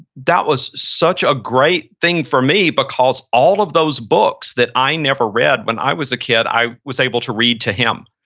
that was such a great thing for me because all of those books that i never read when i was a kid i was able to read to him.